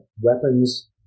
weapons